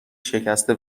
شکسته